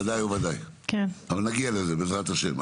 בוודאי ובוודאי, אבל נגיע לזה, בעזרת השם.